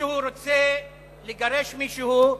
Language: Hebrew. מישהו רוצה לגרש מישהו,